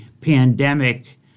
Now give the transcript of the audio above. pandemic